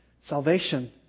salvation